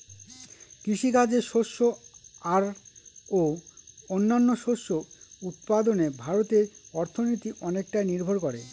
কৃষিকাজে শস্য আর ও অন্যান্য শস্য উৎপাদনে ভারতের অর্থনীতি অনেকটাই নির্ভর করে